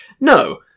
no